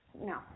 no